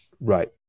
Right